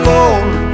Lord